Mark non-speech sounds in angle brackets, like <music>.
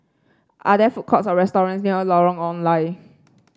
are there food courts or <unintelligible> near Lorong Ong Lye